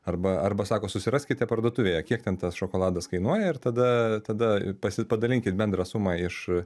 arba arba sako susiraskite parduotuvėje kiek ten tas šokoladas kainuoja ir tada tada pasi padalinkit bendrą sumą iš